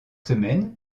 semaine